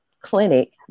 clinic